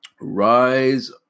Rise